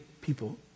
people